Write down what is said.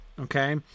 Okay